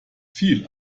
viel